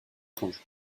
étrange